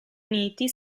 uniti